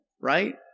right